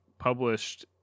Published